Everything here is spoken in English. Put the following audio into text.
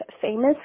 famous